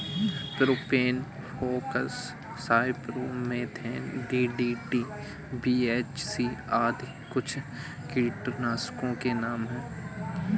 propane fox, cypermethrin, DDT, BHC आदि कुछ कीटनाशकों के नाम हैं